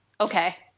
okay